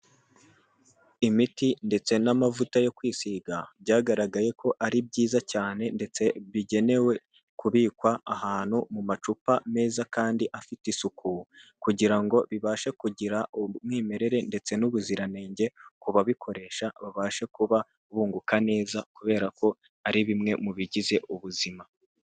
Imiti ndetse n'amavuta yo kwisiga byagaragaye ko ari byiza cyane ndetse bigenewe kubikwa ahantu mu macupa meza kandi afite isuku, kugira ngo bibashe kugira umwimerere ndetse n'ubuziranenge ku babikoresha babashe kuba bunguka neza, kubera ko ari bimwe mu bigize ubuzima.